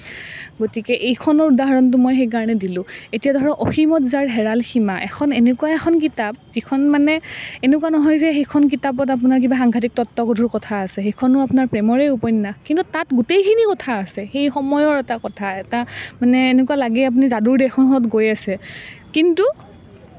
গতিকে এইখনৰ উদাহৰণটো মই সেইকাৰণে দিলোঁ এতিয়া ধৰক অসীমত যাৰ হেৰাল সীমা এখন এনেকুৱা এখন কিতাপ যিখন মানে এনেকুৱা নহয় যে সেইখন কিতাপত আপোনাৰ কিবা সাংঘাটিক কিবা তত্বগধুৰ কথা আছে সেইখনো আপোনাৰ প্ৰেমৰে উপন্যাস কিন্তু তাত গোটেইখিনি কথা আছে সেই সময়ৰ এটা কথা এটা মানে এনেকুৱা লাগে আপুনি যাদুৰ দেশ এখনত গৈ আছে কিন্তু